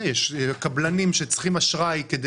זה התיקון עם הזיקה העמוקה ביותר לתקציב מכל התיקונים.